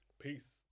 Peace